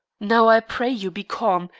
now, i pray you, be calm,